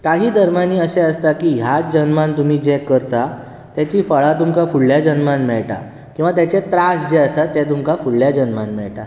काही धर्मांनी अशें आसता की ह्याच जल्मांत तुमी जें करतात ताचीं फळां तुमकां फुडल्या जल्मांत मेळटात किंवा ताचे त्रास जे आसा ते तुमकां फुडल्या जल्मांत मेळटात